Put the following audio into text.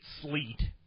sleet